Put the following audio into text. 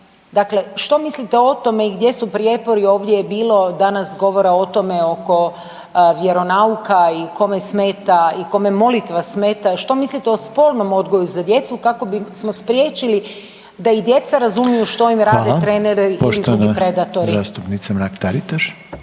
dakle što mislite o tome gdje su prijepori ovdje je bilo danas govora o tome oko vjeronauka i kome smeta i kome molitva smeta, što mislite o spolnom odgoju za djecu kako bismo spriječili da i djeca razumiju što im rade treneri ili drugi predatori? **Reiner, Željko (HDZ)** Hvala. Poštovana zastupnica Mrak Taritaš.